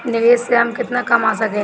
निवेश से हम केतना कमा सकेनी?